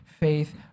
faith